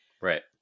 right